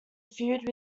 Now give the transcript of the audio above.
feud